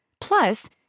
Plus